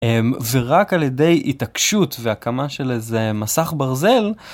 ורק על ידי התעקשות והקמה של איזה מסך ברזל.